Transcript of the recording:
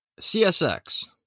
CSX